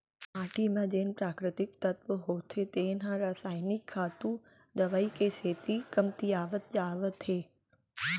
माटी म जेन प्राकृतिक तत्व होथे तेन ह रसायनिक खातू, दवई के सेती कमतियावत जात हे